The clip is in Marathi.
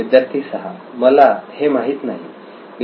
विद्यार्थी 6 मला हे माहीत नाही